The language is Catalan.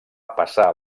passar